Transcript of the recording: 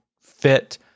fit